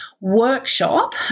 workshop